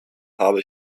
habe